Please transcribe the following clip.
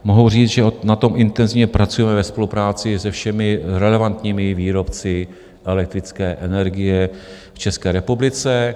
Mohu říci, že na tom intenzivně pracujeme ve spolupráci se všemi relevantními výrobci elektrické energie v České republice.